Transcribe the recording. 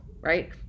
right